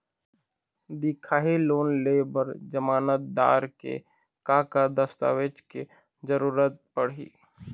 दिखाही लोन ले बर जमानतदार के का का दस्तावेज के जरूरत पड़ही?